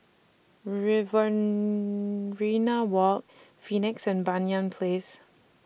Riverina Walk Phoenix and Banyan Place